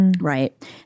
Right